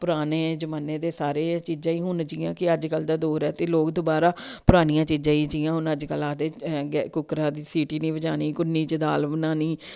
पराने जमाने दे सारे चीजांई हुन जियां कि अज कल्ल दा दौर ऐ ते लोग दोबारा परानियां चीजां गी जियां हुन अज कल्ल आखदे कुक्करा दी सीटी निं बजानी कुन्नी च दाल बनानी